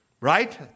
Right